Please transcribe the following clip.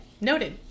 noted